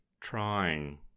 trying